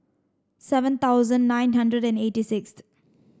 seven thousand nine hundred and eighty sixth